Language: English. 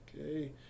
Okay